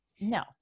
No